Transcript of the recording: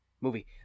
Movie